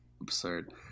absurd